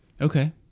Okay